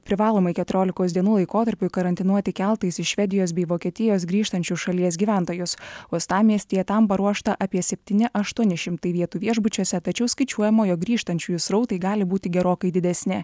privalomai keturiolikos dienų laikotarpiui karantinuoti keltais iš švedijos bei vokietijos grįžtančius šalies gyventojus uostamiestyje tam paruošta apie septyni aštuoni šimtai vietų viešbučiuose tačiau skaičiuojama jog grįžtančiųjų srautai gali būti gerokai didesni